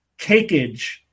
cakeage